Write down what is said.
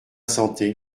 santé